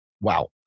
Wow